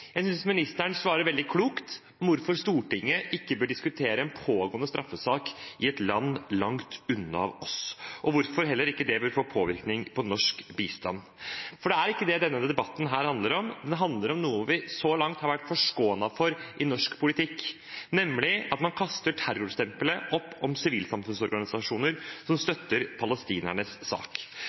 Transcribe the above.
Jeg synes ministeren svarer veldig klokt om hvorfor Stortinget ikke bør diskutere en pågående straffesak i et land langt unna oss, og hvorfor det heller ikke bør få innvirkning på norsk bistand. For det er ikke det denne debatten handler om. Den handler om noe vi så langt har vært forskånet for i norsk politikk, nemlig at man kaster terrorstempelet opp om sivilsamfunnsorganisasjoner som støtter palestinernes sak.